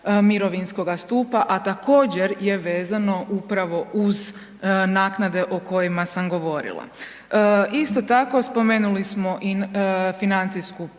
mirovinskoga stupa, a također, je vezano upravo uz naknade o kojima sam govorila. Isto tako, spomenuli smo i financijsku